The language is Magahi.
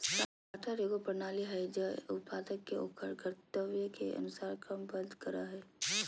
सॉर्टर एगो प्रणाली हइ जे उत्पाद के ओकर गंतव्य के अनुसार क्रमबद्ध करय हइ